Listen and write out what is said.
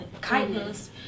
kindness